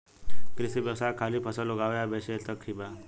कृषि व्यवसाय खाली फसल उगावे आ बेचे तक ही बा